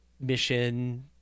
mission